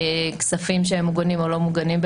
כספים שהם מוגנים או לא מוגנים,